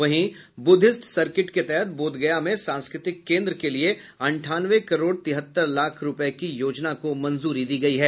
वहीं Buddhist circuit के तहत बोधगया में सांस्कृतिक केंद्र के लिये अंठानवे करोड़ तिहत्तर लाख रूपये की योजना की मंजूरी दी गयी है